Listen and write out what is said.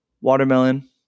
watermelon